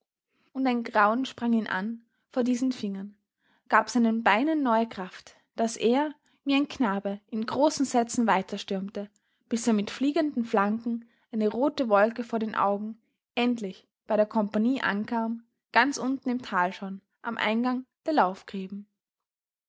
und ein grauen sprang ihn an vor diesen fingern gab seinen beinen neue kraft daß er wie ein knabe in großen sätzen weiter stürmte bis er mit fliegenden flanken eine rote wolke vor den augen endlich bei der kompagnie ankam ganz unten im tal schon am eingang der